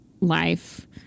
life